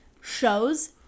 shows